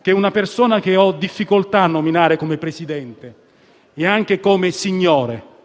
che una persona, che ho difficoltà a nominare come presidente e anche come signore,